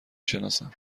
شناسم